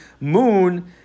moon